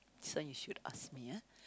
this one you should ask me ah